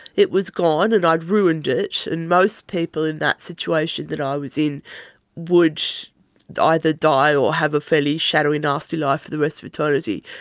it was gone and i'd ruined it, and most people in that situation that i was in would either die or have a fairly shadowy, nasty life for the rest of eternity.